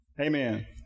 Amen